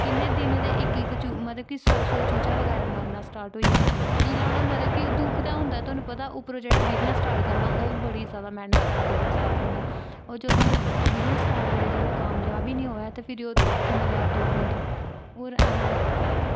किन्ने दिन दे इक इक चू मतलब कि सौ सौ चूचा बगैरा मरना स्टार्ट होई गेआ जिल्लै उ'नें मतलब कि दुख ते होंदा ऐ थुआनूं पता उप्परों जेह्ड़ा बिजनेस स्टार्ट करना ओह् बड़ी जैदा मेह्नत कन्नै बिजनेस स्टार्ट होंदा ओह् जदूं बिजनेस स्टार्ट करियै जदूं कामज़ाब गै नी होऐ ते फिर ओह् किन्ना जादा दुख होंदा होर असें